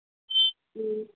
ꯎꯝ